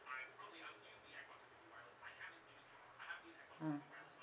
ah